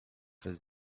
his